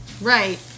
Right